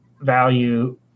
value